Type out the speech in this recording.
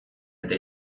eta